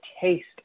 taste